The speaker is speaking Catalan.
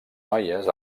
noies